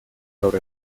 gaur